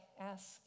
ask